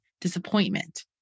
disappointment